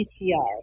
PCR